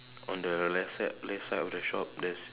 on the left side left side of the shop there's